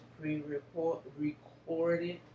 pre-recorded